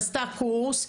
עשתה קורס,